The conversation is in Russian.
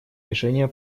решения